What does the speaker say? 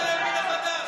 עבאס זה הימין החדש.